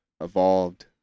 evolved